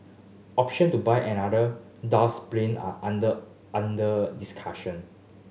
option to buy another plane are under under discussion